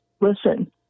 listen